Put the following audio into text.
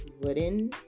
wooden